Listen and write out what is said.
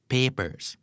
Papers